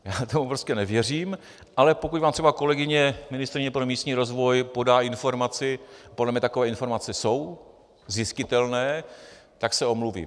Já tomu prostě nevěřím , ale pokud vám třeba kolegyně, ministryně pro místní rozvoj, podá informaci podle mě takové informace jsou zjistitelné tak se omluvím.